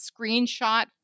screenshot